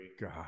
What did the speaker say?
God